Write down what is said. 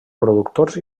productors